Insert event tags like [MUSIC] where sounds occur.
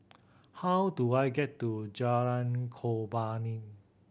how do I get to Jalan Korban [UNINTELLIGIBLE]